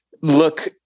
look